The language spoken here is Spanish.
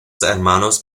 hermanos